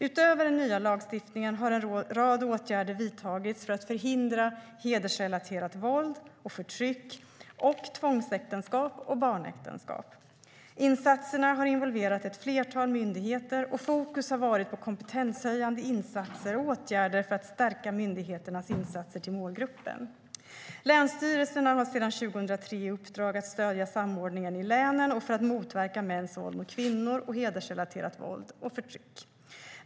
Utöver den nya lagstiftningen har en rad åtgärder vidtagits för att förhindra hedersrelaterat våld och förtryck samt tvångsäktenskap och barnäktenskap. Insatserna har involverat ett flertal myndigheter, och fokus har varit på kompetenshöjande insatser och åtgärder för att stärka myndigheternas insatser till målgruppen. Länsstyrelserna har sedan 2003 i uppdrag att stödja samordningen i länen för att motverka mäns våld mot kvinnor och hedersrelaterat våld och förtryck.